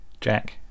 jack